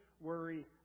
worry